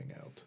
out